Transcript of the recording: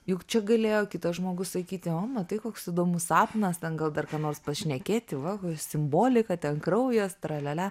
juk čia galėjo kitas žmogus sakyti o matai koks įdomus sapnas ten gal dar ką nors pašnekėti va simbolika ten kraujas tralialia